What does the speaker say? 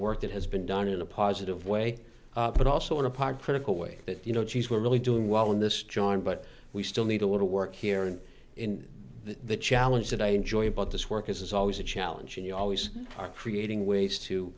work that has been done in a positive way but also in a part critical way that you know geez we're really doing well in this john but we still need a little work here and in the challenge that i enjoy about this work is always a challenge and you always are creating ways